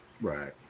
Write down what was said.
Right